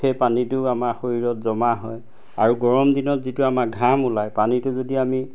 সেই পানীটো আমাৰ শৰীৰত জমা হয় আৰু গৰম দিনত যিটো আমাৰ ঘাম ওলায় পানীটো যদি আমি